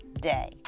day